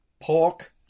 pork